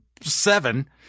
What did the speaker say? seven